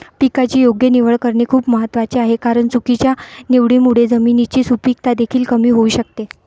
पिकाची योग्य निवड करणे खूप महत्वाचे आहे कारण चुकीच्या निवडीमुळे जमिनीची सुपीकता देखील कमी होऊ शकते